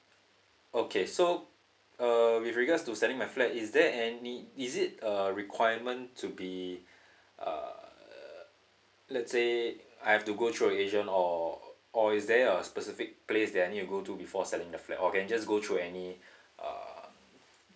okay so err with regards to selling my flight is there any is it a requirement to be uh let's say I have to go through an agent or or is there a specific place that I need to go to before selling the flat or can I just go through any uh